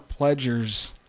pledgers